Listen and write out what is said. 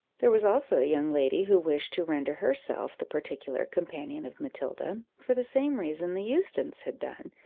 there was also a young lady who wished to render herself the particular companion of matilda, for the same reason the eustons had done,